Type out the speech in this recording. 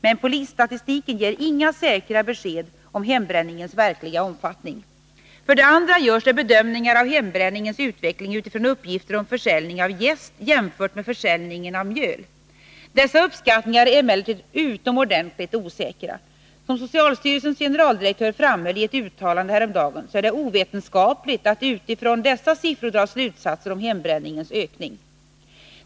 Men polisstatistiken ger inga säkra besked om hembränningens verkliga omfattning. För det andra görs det bedömningar av hembränningens utveckling utifrån uppgifter om försäljning av jäst jämfört med försäljningen av mjöl. Dessa uppskattningar är emellertid utomordentligt osäkra. Som socialstyrelsens generaldirektör framhöll i ett uttalande häromdagen så är det ovetenskapligt att utifrån dessa siffror dra slutsatser om hembränningens ökning.